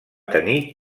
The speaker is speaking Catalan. tenir